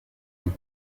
all